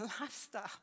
lifestyle